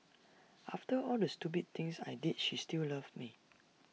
after all the stupid things I did she still loved me